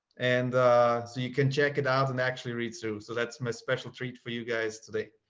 and so you can check it out and actually read through. so that's my special treat for you guys today.